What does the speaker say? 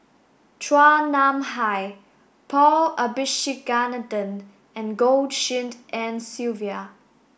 Chua Nam Hai Paul Abisheganaden and Goh Tshin En Sylvia